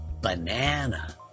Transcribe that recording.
Banana